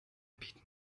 anbieten